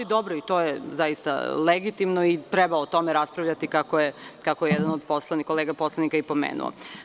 No dobro, i to je zaista legitimno i treba o tome raspravljati, kako je jedan od kolega poslanika i pomenuo.